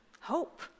hope